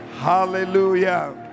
Hallelujah